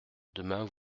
demain